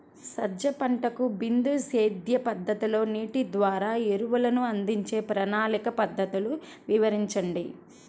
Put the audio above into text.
సజ్జ పంటకు బిందు సేద్య పద్ధతిలో నీటి ద్వారా ఎరువులను అందించే ప్రణాళిక పద్ధతులు వివరించండి?